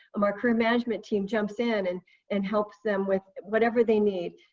my crew management team jumps in and and helps them with whatever they need,